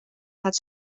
hat